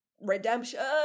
redemption